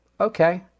okay